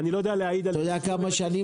אני לא יודע להעיד -- אתה יודע כמה שנים